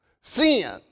Sin